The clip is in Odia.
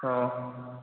ହଁ